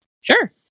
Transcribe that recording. Sure